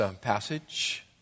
passage